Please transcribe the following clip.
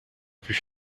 plus